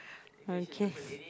okay